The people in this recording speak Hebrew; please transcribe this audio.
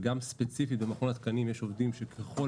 וגם ספציפית במכון התקנים יש עובדים שככל